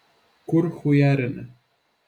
kur chujarini